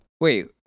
Wait